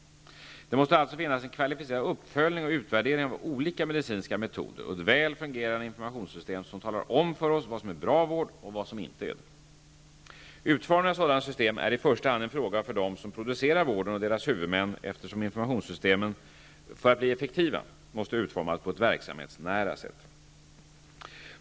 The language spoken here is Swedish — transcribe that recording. Det måste alltså finnas en kvalificerad uppföljning och utvärdering av olika medicinska metoder och ett väl fungerande informationssystem som talar om för oss vad som är bra vård och vad som inte är det. Utformningen av sådana system är i första hand en fråga för dem som producerar vården och deras huvudmän, eftersom informationssystemen, för att bli effektiva, måste utformas på ett verksamhetsnära sätt.